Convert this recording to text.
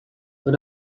but